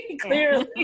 clearly